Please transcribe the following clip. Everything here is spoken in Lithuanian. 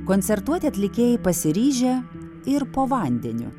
koncertuoti atlikėjai pasiryžę ir po vandeniu